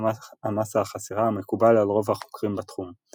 המסה החסרה המקובל על רוב החוקרים בתחום.